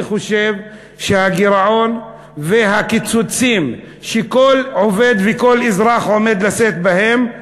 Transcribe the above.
לגבי הגירעון והקיצוצים שכל עובד וכל אזרח עומד לשאת בהם,